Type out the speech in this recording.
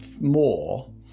more